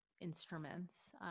instruments